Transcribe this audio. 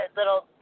little